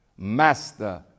Master